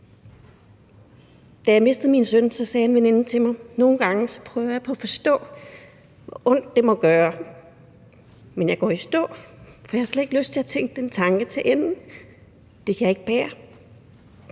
Da jeg mistede min søn, sagde en veninde til mig: Nogle gange prøver jeg på at forstå, hvor ondt det må gøre, men jeg går i stå, for jeg har slet ikke lyst til at tænke den tanke til ende; det kan jeg ikke bære.